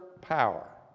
power